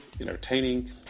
entertaining